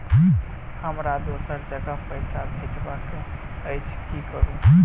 हमरा दोसर जगह पैसा भेजबाक अछि की करू?